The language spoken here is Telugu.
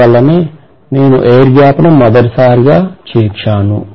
అందువల్లనే నేను ఎయిర్ గ్యాప్ ను మొదటి సారి చేర్చాను